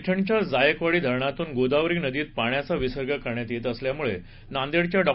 पर्शिच्या जायकवाडी धरणातून गोदावरी नदीत पाण्याचा विसर्ग करण्यात येत असल्यामूळे नांदेडच्या डॉ